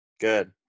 good